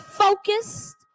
focused